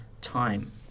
time